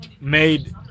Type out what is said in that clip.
made